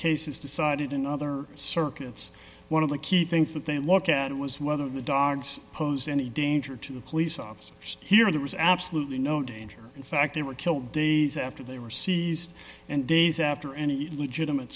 case is decided in other circuits one of the key things that they look at it was whether the dogs posed any danger to the police officers here or there was absolutely no danger in fact they were killed days after they were seized and days after any legitimate